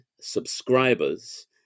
subscribers